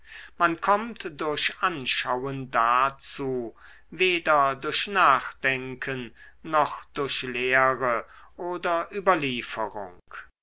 man kommt durch anschauen dazu weder durch nachdenken noch durch lehre oder überlieferung